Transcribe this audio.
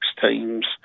teams